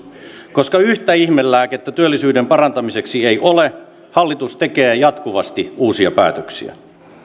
koska yhtä ihmelääkettä työllisyyden parantamiseksi ei ole hallitus tekee jatkuvasti uusia päätöksiä